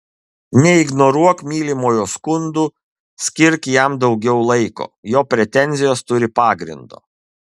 neignoruok mylimojo skundų skirk jam daugiau laiko jo pretenzijos turi pagrindo